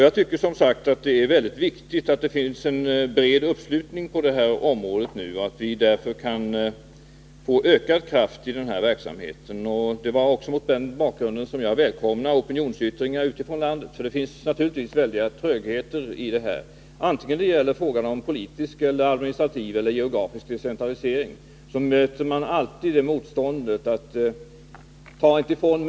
Jag tycker, som sagt, att det är väldigt viktigt att det finns en bred uppslutning på det här området och att vi därigenom kan få ökad kraft i denna verksamhet. Det var också mot den bakgrunden som jag välkomnade opinionsyttringar utifrån landet, för det finns naturligtvis en väldig tröghet på det här området. Vare sig det gäller politisk, administrativ eller geografisk decentralisering finns det alltid ett visst motstånd.